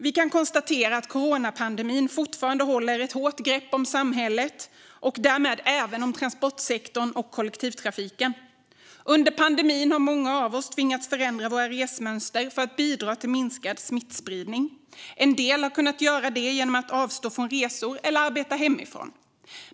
Vi kan konstatera att coronapandemin fortfarande håller ett hårt grepp om samhället och därmed även transportsektorn och kollektivtrafiken. Under pandemin har många av oss tvingats förändra våra resmönster för att bidra till minskad smittspridning. En del har kunnat göra detta genom att avstå från resor eller arbeta hemifrån.